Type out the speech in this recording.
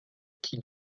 qui